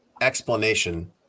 explanation